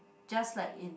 just like in